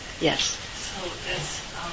yes